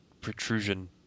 protrusion